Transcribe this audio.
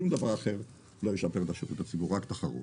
שום דבר אחר לא ישרת את השירות לציבור, רק תחרות.